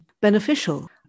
beneficial